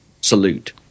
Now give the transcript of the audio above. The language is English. salute